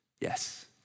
Yes